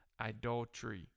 Idolatry